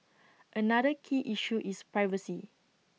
another key issue is privacy